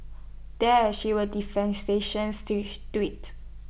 there she was tweeted